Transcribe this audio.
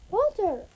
Walter